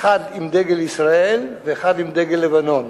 אחד עם דגל ישראל ואחד עם דגל לבנון,